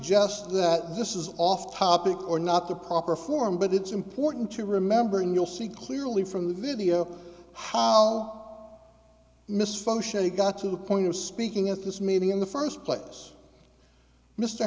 suggest that this is off topic or not the proper form but it's important to remember and you'll see clearly from the video how miss faucheux you got to the point of speaking at this meeting in the first place mr